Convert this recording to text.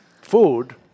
food